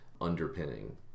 underpinning